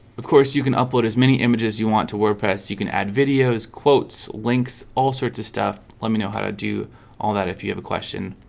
of course, you can upload as many images you want to wordpress you can add videos quotes links all sorts of stuff let me know how to do all that if you have a question